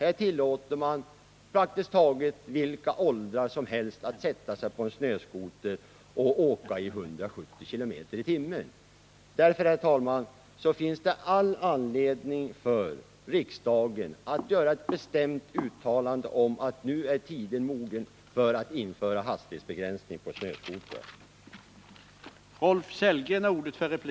Praktiskt taget vem som helst i vilken ålder som helst kan sätta sig på en snöskoter och köra i 170 km i timmen. Därför, herr talman, finns det all anledning för riksdagen att göra ett bestämt uttalande om att nu är tiden mogen att införa hastighetsbegränsning för körning med snöskotrar.